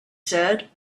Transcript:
said